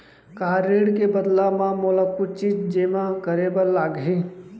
का ऋण के बदला म मोला कुछ चीज जेमा करे बर लागही?